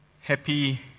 Happy